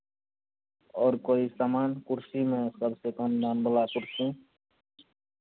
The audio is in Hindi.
और कोई सामान कुर्सी में कम से कम दाम वाला कुर्सी